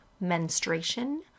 menstruation